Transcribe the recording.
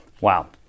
Wow